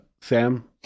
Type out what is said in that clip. Sam